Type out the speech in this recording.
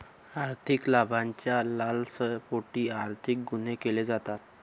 आर्थिक लाभाच्या लालसेपोटी आर्थिक गुन्हे केले जातात